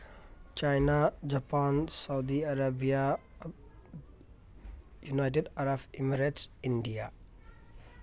China Japan Saudi Arabia United Arab Emirates India